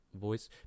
voice